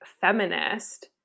feminist